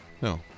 No